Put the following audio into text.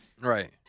Right